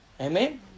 Amen